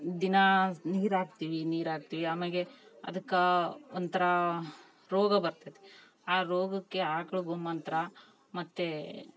ದಿನ ನೀರು ಹಾಕ್ತೀವಿ ನೀರು ಹಾಕ್ತೀವಿ ಆಮ್ಯಾಗೆ ಅದಕ್ಕೆ ಒಂಥರಾ ರೋಗ ಬರ್ತದೆ ಆ ರೋಗಕ್ಕೆ ಆಕಳು ಗೋ ಮಂತ್ರ ಮತ್ತು